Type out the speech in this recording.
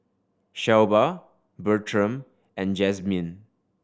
Shelba Bertram and Jazmyne